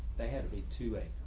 they had to be to a